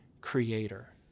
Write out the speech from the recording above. creator